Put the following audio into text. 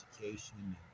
education